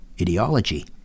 ideology